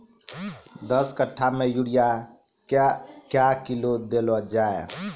दस कट्ठा मे यूरिया क्या किलो देलो जाय?